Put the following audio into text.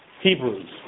Hebrews